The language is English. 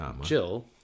Jill